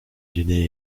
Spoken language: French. dîner